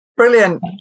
Brilliant